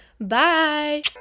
Bye